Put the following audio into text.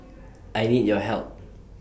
I need your help